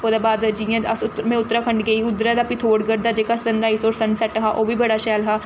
ओह्दे बाद जि'यां अस उत में उत्तराखण्ड गेई उद्धरा दा पिथोरगढ़ दा जेह्का सन राइज होर सन सैट्ट हा ओह् बी बड़ा शैल हा